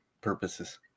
purposes